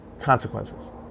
consequences